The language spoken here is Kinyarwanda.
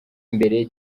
mbere